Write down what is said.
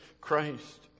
Christ